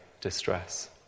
distress